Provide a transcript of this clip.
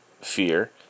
fear